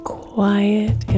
quiet